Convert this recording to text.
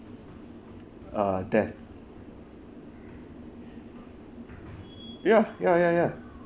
a death ya ya ya ya